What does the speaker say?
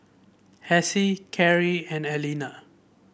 Hassie Kari and Aleena